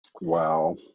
Wow